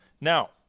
Now